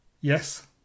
Yes